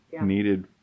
needed